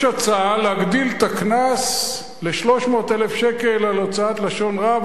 יש הצעה להגדיל את הקנס על הוצאת לשון הרע,